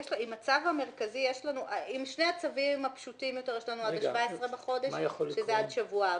עם שני הצווים הפשוטים יותר יש לנו עד ה-17 בחודש שזה עד שבוע הבא.